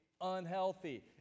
unhealthy